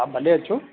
हा भले अचो